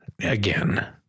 again